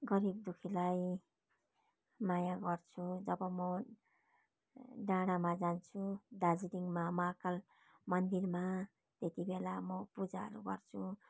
गरिब दुःखीलाई माया गर्छु जब म डाँडामा जान्छु दार्जिलिङमा माहाकाल मन्दिरमा त्यतिबेला म पूजाहरू गर्छु